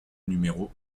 numéro